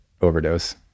overdose